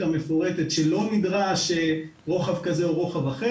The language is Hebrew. המפורטת שלא נדרש רוחב כזה או רוחב אחר,